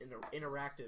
interactive